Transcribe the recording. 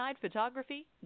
photography